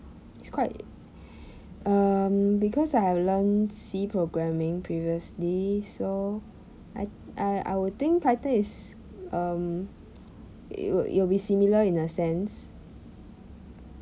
it's quite um because I have learnt C programming previously so I I I would think python is um it would it would be similar in a sense